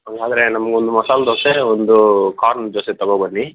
ಹಾಗಾದ್ರೆ ನಮ್ಗೊಂದು ಮಸಾಲೆ ದೋಸೆ ಒಂದು ಕಾರ್ನ್ ದೋಸೆ ತಗೋಂಬನ್ನಿ